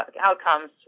outcomes